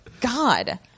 god